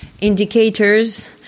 indicators